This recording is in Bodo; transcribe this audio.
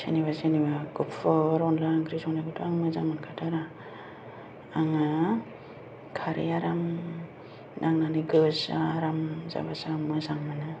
सोरनिबा सोरनिबा गुफुर अनला ओंख्रि संनायखौथ' आं मोजां मोनखाथारा आङो खारै आराम नांनानै गोजा आराम जाबासो आं मोजां मोनो